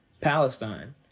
Palestine